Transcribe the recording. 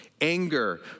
Anger